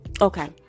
Okay